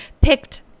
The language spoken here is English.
picked